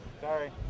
Sorry